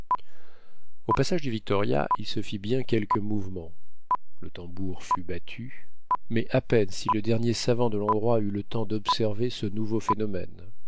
au passage du victoria il se fit bien quelque mouvement le tambour fut battu mais à peine si le dernier savant de l'endroit eut le temps dobserver ce nouveau phénomène